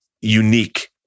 unique